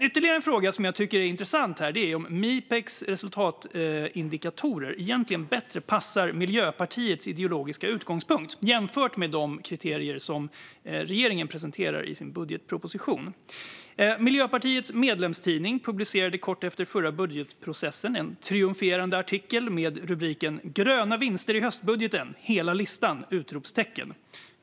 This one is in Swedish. Ytterligare en fråga som jag tycker är intressant är om Mipex resultatindikatorer egentligen bättre passar Miljöpartiets ideologiska utgångspunkt än de kriterier som regeringen presenterar i sin budgetproposition. Miljöpartiets medlemstidning publicerade kort efter förra budgetprocessen en triumferande artikel med rubriken "Gröna vinster i höstbudgeten - hela listan!".